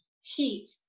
heat